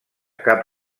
cap